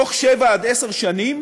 תוך 7 10 שנים